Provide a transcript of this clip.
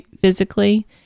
physically